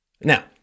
Now